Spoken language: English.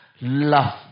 Love